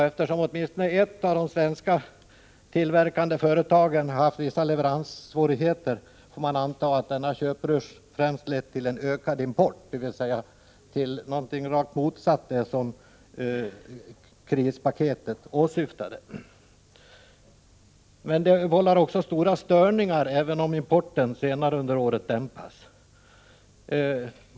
Eftersom åtminstone ett av de svenska tillverkande företagen har haft vissa leveranssvårigheter får man anta att denna köprusch främst har lett till en ökad import, dvs. till någonting rakt motsatt det som krispaketet åsyftade. Detta vållar stora störningar, även om importen senare under året dämpas.